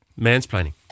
mansplaining